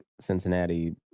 Cincinnati